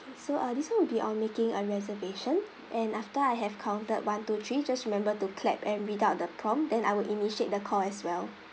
so uh this one will be on making a reservation and after I have counted one two three just remember to clap and read out the prompt then I will initiate the call as well